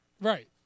Right